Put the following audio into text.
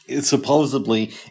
supposedly